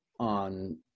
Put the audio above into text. on